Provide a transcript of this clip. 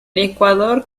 ecuador